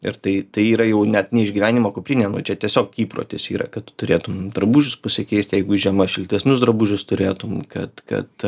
ir tai tai yra jau net ne išgyvenimo kuprinė nu čia tiesiog įprotis yra kad tu turėtum drabužius pasikeist jeigu žiema šiltesnius drabužius turėtum kad kad